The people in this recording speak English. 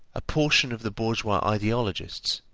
a portion of the bourgeois ideologists,